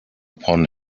upon